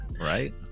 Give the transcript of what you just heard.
right